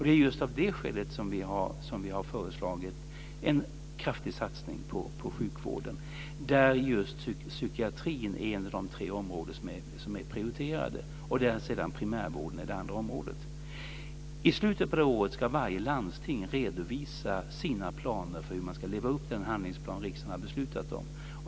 Det är just av det skälet som vi har föreslagit en kraftig satsning på sjukvården, där just psykiatrin är ett av de tre områden som är prioriterade och där primärvården är det andra området. I slutet av det här året ska varje landsting redovisa sina planer för hur man ska leva upp till den handlingsplan som riksdagen har beslutat om.